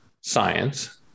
science